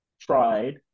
tried